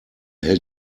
hält